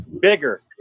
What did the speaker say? bigger